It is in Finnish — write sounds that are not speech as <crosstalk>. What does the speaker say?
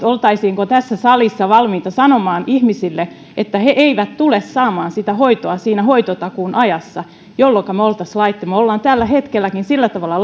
<unintelligible> oltaisiinko tässä salissa valmiita sanomaan ihmisille että he eivät tule saamaan sitä hoitoa siinä hoitotakuun ajassa jolloinka me olisimme laittomassa tilanteessa me olemme tällä hetkelläkin sillä tavalla <unintelligible>